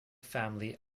family